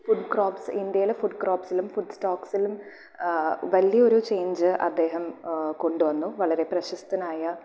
food crops ഇന്ത്യയിൽ food ക്രോപ്സിലും food സ്റ്റോക്സിലും വലിയൊരു ചേഞ്ച് അദ്ദേഹം കൊണ്ടുവന്നു വളരെ പ്രശസ്തനായ